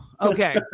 okay